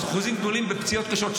אחוזים גדולים בפציעות קשות.